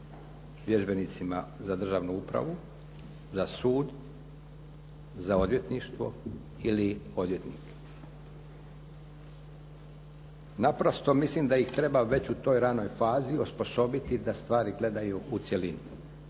vježbenicima za državnu upravu, za sud, za odvjetništvo ili odvjetnike. Naprosto mislim da ih treba već u toj ranoj fazi osposobiti da stvari gledaju što je